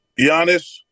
Giannis